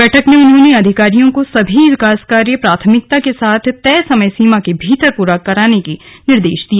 बैठक में उन्होंने अधिकारियों को सभी विकास कार्य प्राथमिकता के साथ तय समय सीमा के भीतर पूरा कराने के निर्देश दिए